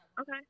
Okay